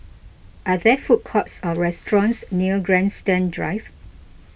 are there food courts or restaurants near Grandstand Drive